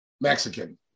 Mexican